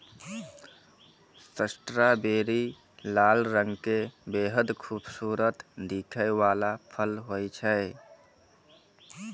strawberry लाल रंग के बेहद खूबसूरत दिखै वाला फल होय छै